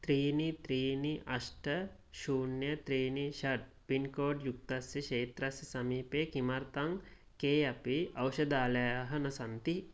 त्रीणि त्रीणि अष्ट शून्य त्रीणि षट् पिन्कोड् युक्तस्य क्षेत्रस्य समीपे किमर्थं को अपि औषधालयाः न सन्ति